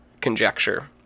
conjecture